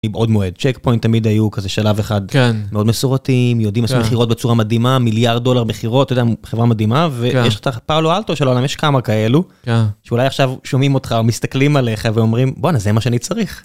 בעוד מועד צ'ק פוינט תמיד היו כזה שלב אחד מאוד מסורתיים יודעים את הבחירות בצורה מדהימה מיליארד דולר בחירות וחברה מדהימה ויש לך פאלו אלטו של עולם, יש כמה כאלו, שאולי עכשיו שומעים אותך מסתכלים עליך ואומרים בוא נעשה מה שאני צריך.